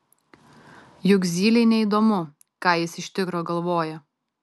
juk zylei neįdomu ką jis iš tikro galvoja